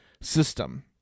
system